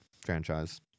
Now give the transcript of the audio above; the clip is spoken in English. franchise